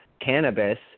cannabis